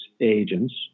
agents